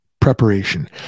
preparation